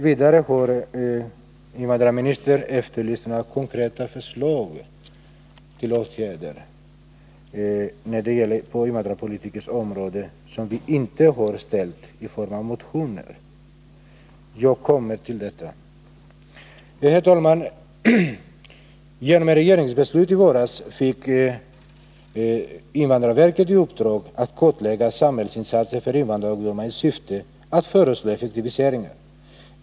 Vidare efterlyser invandrarministern konkreta förslag till åtgärder på invandrarpolitikens område som vi inte har framställt i form av motioner. Jag återkommer till detta. Herr talman! Genom regeringsbeslut i våras fick invandrårverket i uppdrag att kartlägga behovet av insatser för invandrarungdomar i syfte att Nr 42 föreslå effektiviseringar.